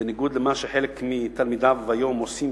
בניגוד למה שחלק מתלמידיו היום עושים,